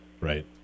Right